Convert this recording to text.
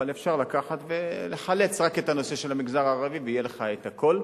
אבל אפשר לקחת ולחלץ רק את הנושא של המגזר הערבי ויהיה לך הכול,